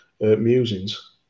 musings